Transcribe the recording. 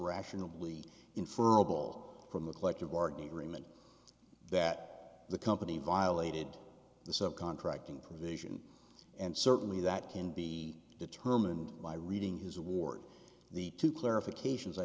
rationally inferrable from the collective bargaining agreement that the company violated the sub contracting provision and certainly that can be determined by reading his award the two clarifications i